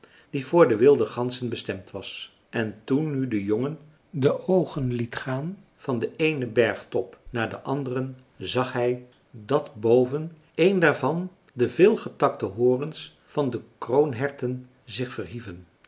die voor de wilde ganzen bestemd was en toen nu de jongen de oogen liet gaan van den eenen bergtop naar den anderen zag hij dat boven één daarvan de veelgetakte horens van de kroonherten zich verhieven